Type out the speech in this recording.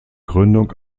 gründung